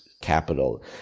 capital